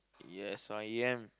yes I am